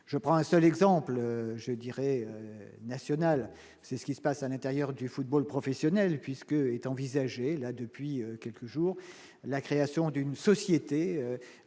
je prends un seul exemple : je dirais national, c'est ce qui se passe à l'intérieur du football professionnel puisque est envisagée là depuis quelques jours, la création d'une société